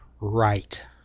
right